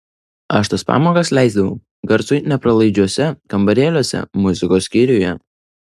aš tas pamokas leisdavau garsui nepralaidžiuose kambarėliuose muzikos skyriuje